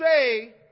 say